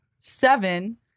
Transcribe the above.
seven